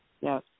Yes